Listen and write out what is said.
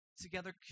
together